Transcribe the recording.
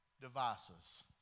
devices